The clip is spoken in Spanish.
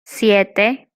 siete